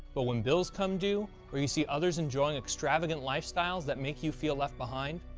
but, when bills come due, or you see others enjoying extravagant lifestyles that make you feel left behind,